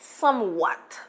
somewhat